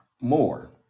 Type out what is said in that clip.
more